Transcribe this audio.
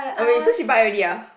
oh wait so she buy already ah